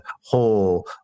whole